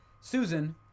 Susan